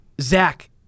zach